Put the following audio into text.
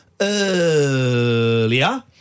earlier